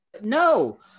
no